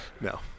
No